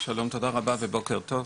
שלום, תודה רבה לך אדוני ובוקר טוב.